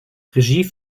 regie